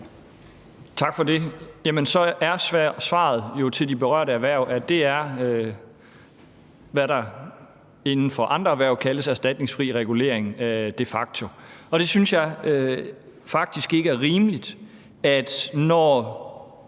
Tak for det. Jamen så er svaret til de berørte erhverv jo, at det er, hvad der inden for andre erhverv de facto kaldes erstatningsfri regulering. Det synes jeg faktisk ikke er rimeligt. Når